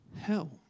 hell